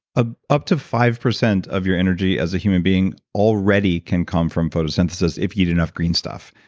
ah up to five percent of your energy as a human being already can come from photosynthesis, if you eat enough green stuff.